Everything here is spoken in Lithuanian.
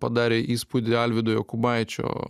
padarė įspūdį alvydo jokubaičio